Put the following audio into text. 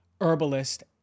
herbalist